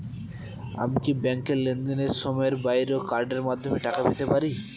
আমি কি ব্যাংকের লেনদেনের সময়ের বাইরেও কার্ডের মাধ্যমে টাকা পেতে পারি?